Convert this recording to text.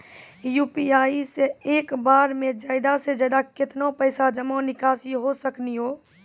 UPI से एक बार मे ज्यादा से ज्यादा केतना पैसा जमा निकासी हो सकनी हो?